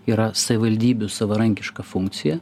yra savivaldybių savarankiška funkcija